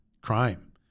crime